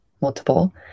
multiple